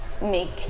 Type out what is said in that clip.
make